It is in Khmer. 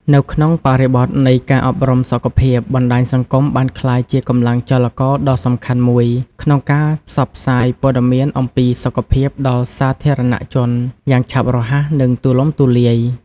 នៅក្នុងបរិបទនៃការអប់រំសុខភាព បណ្តាញសង្គមបានក្លាយជាកម្លាំងចលករដ៏សំខាន់មួយក្នុងការផ្សព្វផ្សាយព័ត៌មានអំពីសុខភាពដល់សាធារណជនយ៉ាងឆាប់រហ័សនិងទូលំទូលាយ។